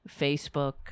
Facebook